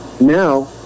now